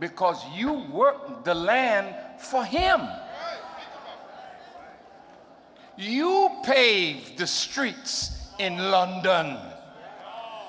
because you worked on the land for him you pay the streets in london